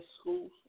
schools